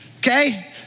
okay